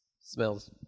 smells